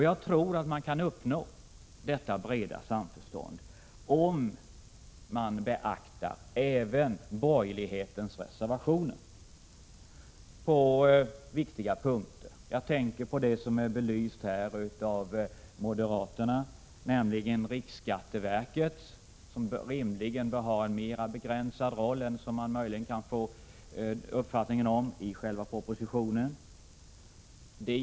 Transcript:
Jag tror att man kan uppnå detta breda samförstånd även i organisationskommittén om man beaktar även borgerlighetens reservationer på viktiga punkter. Jag tänker bl.a. på sådant som belysts av moderaterna, nämligen att riksskatteverket rimligen bör få en mera begränsad roll än den som propositionen föreslår.